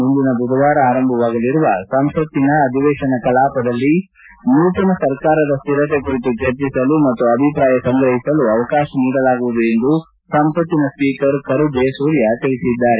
ಮುಂದಿನ ಬುಧವಾರ ಆರಂಭವಾಗಲಿರುವ ಸಂಸತ್ತಿನ ಅಧಿವೇಶನ ಕಲಾಪದಲ್ಲಿ ನೂತನ ಸರ್ಕಾರದ ಶ್ವಿರತೆ ಕುರಿತು ಚರ್ಚಿಸಲು ಮತ್ತು ಅಭಿಪ್ರಾಯ ಸಂಗ್ರಹಿಸಲು ಅವಕಾಶ ನೀಡಲಾಗುವುದು ಎಂದು ಸಂಸತ್ತಿನ ಸ್ವೀಕರ್ ಕರು ಜಯಸೂರ್ಯ ತಿಳಿಸಿದ್ದಾರೆ